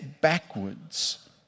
backwards